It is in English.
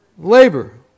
Labor